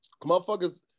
Motherfuckers